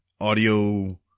audio